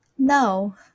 No